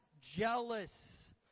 jealous